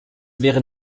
wäre